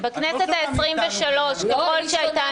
בכנסת העשרים-ושלוש ככל שהיא הייתה